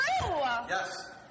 Yes